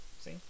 See